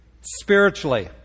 spiritually